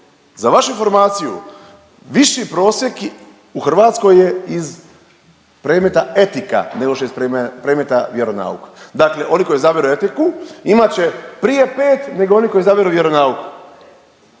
Za vašu informaciju, viši prosjek u Hrvatskoj je iz predmeta etika, ne…/Govornik se razumije./… iz predmeta vjeronauka. Dakle oni koji izaberu etiku imat će prije 5 nego oni koji izaberu vjeronauk.